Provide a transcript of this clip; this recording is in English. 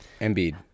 Embiid